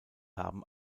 haben